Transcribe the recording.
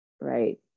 right